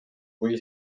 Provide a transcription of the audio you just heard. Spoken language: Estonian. või